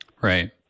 Right